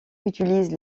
utilise